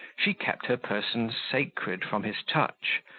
she kept her person sacred from his touch,